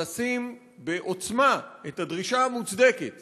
לשים בעוצמה את הדרישה המוצדקת